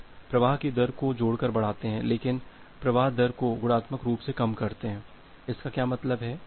तो आप प्रवाह की दर को जोड़कर बढ़ाते हैं लेकिन प्रवाह दर को गुणात्मक रूप से कम करते हैं इसका क्या मतलब है